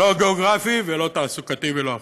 לא גיאוגרפי, לא תעסוקתי ולא אחר.